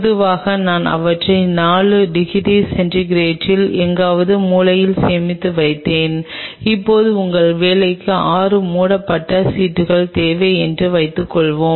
பொதுவாக நான் அவற்றை 4 டிகிரி சென்டிகிரேடில் எங்காவது மூலையில் சேமித்து வைத்தேன் இப்போது உங்கள் வேலைக்கு 6 மூடப்பட்ட சீட்டுகள் தேவை என்று வைத்துக்கொள்வோம்